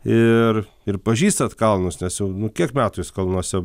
ir ir pažįstat kalnus nes jau nu kiek metų jūs kalnuose